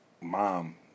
mom